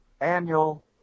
annual